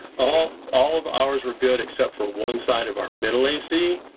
ah all of ours were good, except for one side of our middle a c.